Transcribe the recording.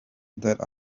that